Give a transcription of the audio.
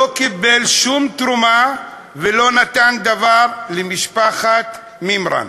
לא קיבל שום תרומה ולא נתן דבר למשפחת מימרן.